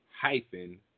hyphen